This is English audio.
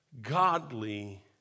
godly